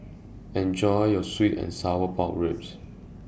Enjoy your Sweet and Sour Pork Ribs